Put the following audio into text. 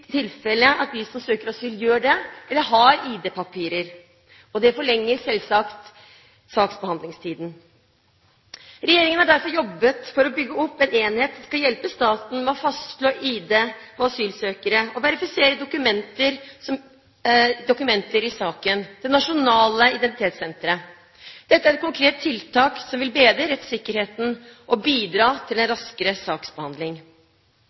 tilfellet at de som søker om asyl, gjør det, eller har ID-papirer. Det forlenger selvsagt saksbehandlingstiden. Regjeringen har derfor jobbet for å bygge opp en enhet som skal hjelpe staten med å fastslå ID på asylsøkere og verifisere dokumenter i saken, Nasjonalt identitets- og dokumentasjonssenter. Dette er et konkret tiltak som vil bedre rettssikkerheten og bidra til en raskere saksbehandling.